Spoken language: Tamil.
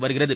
வருகிறது